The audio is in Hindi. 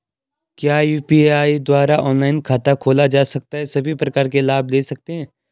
क्या यु.पी.आई द्वारा ऑनलाइन खाता खोला जा सकता है सभी प्रकार के लाभ ले सकते हैं?